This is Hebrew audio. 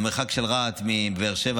המרחק של רהט מבאר שבע,